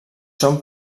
són